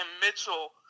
Mitchell